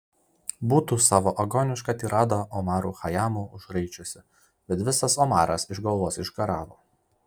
būtų savo agonišką tiradą omaru chajamu užraičiusi bet visas omaras iš galvos išgaravo